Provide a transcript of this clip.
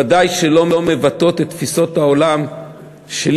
הוא בוודאי שלא מבטא את תפיסות העולם שלי